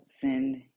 send